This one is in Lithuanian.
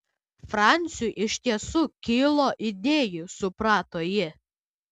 franciui iš tiesų kilo idėjų suprato ji